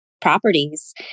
properties